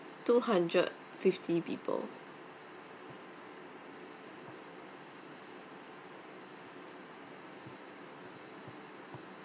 two hundred fifty people